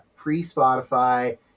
pre-Spotify